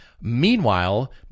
Meanwhile